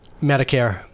Medicare